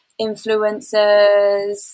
influencers